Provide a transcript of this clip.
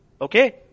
Okay